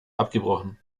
abgebrochen